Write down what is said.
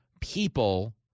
people